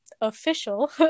official